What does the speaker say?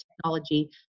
technology